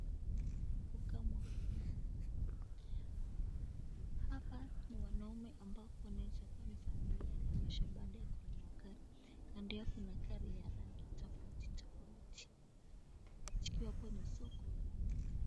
Kukamwa, hapa ni wanaume ambao inaeza kuwa no familia anaonyesha baada ya kunua gari, kando yake kuna gari tofauti tofauti zikiwa kwenye soko la magari.